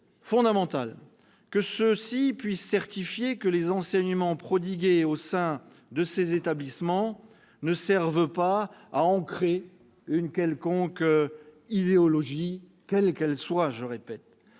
fondamental que ceux-ci puissent certifier que les enseignements prodigués au sein de ces établissements ne servent pas à ancrer une quelconque idéologie. Le manque de moyens de